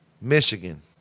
Michigan